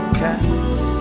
cats